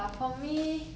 I wanna be